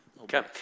Okay